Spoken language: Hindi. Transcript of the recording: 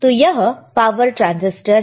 तो यह पावर ट्रांसिस्टर है